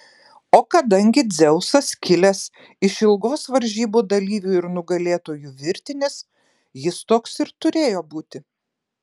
o kadangi dzeusas kilęs iš ilgos varžybų dalyvių ir nugalėtojų virtinės jis toks ir turėjo būti